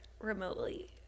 remotely